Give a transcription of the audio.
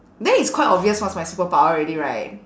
then it's quite obvious what's my superpower already right